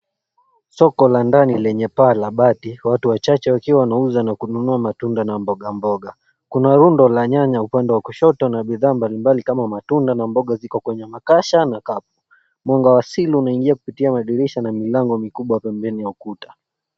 Soko la ndani lenye paa la bati. Watu wachache wakiwa wanauza na kununua matunda na mboga mboga. Kuna rundo la nyanya upande wa kushoto na bidhaa mbalimbali kama matunda na mboga ziko kwenye makasha na kapu. Mwanga wa asili unaingia kupitia madirisha na milango mikubwa pembeni ya ukuta.